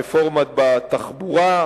הרפורמה בתחבורה,